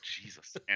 Jesus